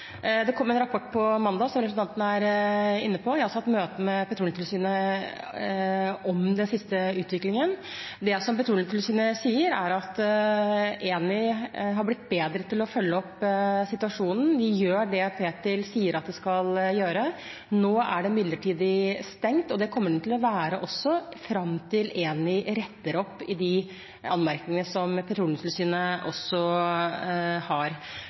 Det kom en rapport på mandag, som representanten er inne på. Jeg har også hatt møte med Petroleumstilsynet om den siste utviklingen. Det Petroleumstilsynet sier, er at Eni har blitt bedre til å følge opp situasjonen. De gjør det Ptil sier at de skal gjøre. Nå er plattformen midlertidig stengt, og det kommer den til å være fram til Eni retter opp i de anmerkningene som Petroleumstilsynet har. Jeg har